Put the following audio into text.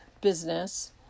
business